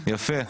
יפה,